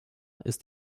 ist